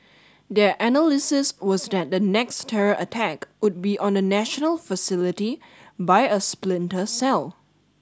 their analysis was that the next terror attack would be on a national facility by a splinter cell